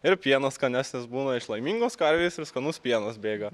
ir pienas skanesnis būna iš laimingos karvės ir skanus pienas bėga